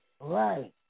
Right